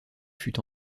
fut